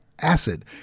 acid